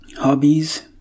Hobbies